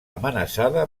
amenaçada